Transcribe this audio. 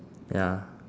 ya